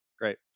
Great